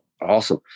Awesome